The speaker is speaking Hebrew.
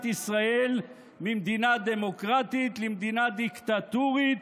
ישראל ממדינה דמוקרטית למדינה דיקטטורית,